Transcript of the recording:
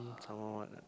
some more what ah